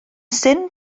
syn